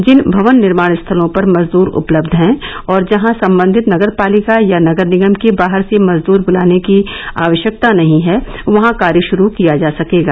जिन भवन निर्माण स्थलों पर मजदूर उपलब्ध हैं और जहां संबंधित नगरपालिका या नगर निगम के बाहर से मजदूर बुलाने की आवश्यकता नहीं है वहां कार्य श्रू किया जा सकेगा